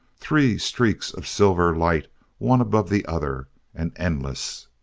three streaks of silver light one above the other, and endless.